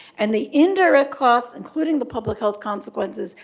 and the indirect costs, including the public health consequences,